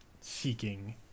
seeking